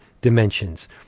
dimensions